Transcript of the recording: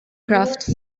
kraft